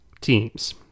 teams